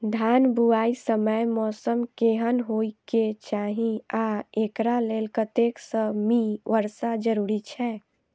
धान बुआई समय मौसम केहन होइ केँ चाहि आ एकरा लेल कतेक सँ मी वर्षा जरूरी छै?